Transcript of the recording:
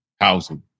housing